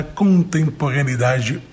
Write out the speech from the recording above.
contemporaneidade